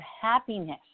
happiness